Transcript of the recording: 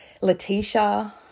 Letitia